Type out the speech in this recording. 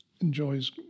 enjoys